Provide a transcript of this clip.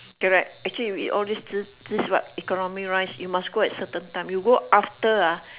correct actually we all this this what economy rise you must go at certain time you go after ah